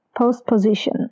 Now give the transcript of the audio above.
postposition